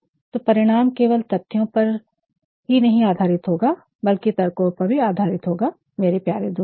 तो परिणाम केवल तथ्यों पर ही आधारित नहीं होगा बल्कि तर्कों पर भी आधारित होगा मेरे प्यारे दोस्तों